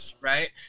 right